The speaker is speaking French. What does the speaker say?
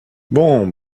bon